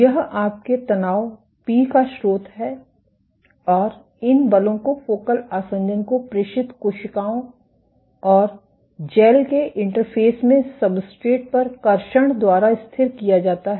यह आपके तनाव पी का स्रोत है और इन बलों को फोकल आसंजन को प्रेषित कोशिकाओं और जैल के इंटरफेस में सब्सट्रेट पर कर्षण द्वारा स्थिर किया जाता है